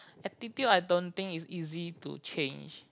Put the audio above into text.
attitude I don't think is easy to change